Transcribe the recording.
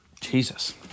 Jesus